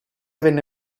venne